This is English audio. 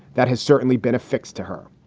that has certainly been affixed to her.